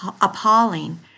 appalling